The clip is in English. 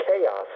chaos